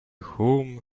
whom